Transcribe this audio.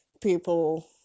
people